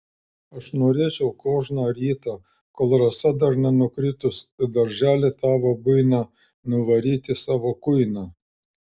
aš norėčiau kožną rytą kol rasa dar nenukritus į darželį tavo buiną nuvaryti savo kuiną